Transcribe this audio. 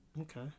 okay